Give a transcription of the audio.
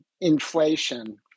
inflation